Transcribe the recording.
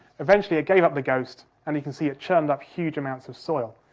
eventually it gave up the ghost, and you can see it churned up huge amounts of soil.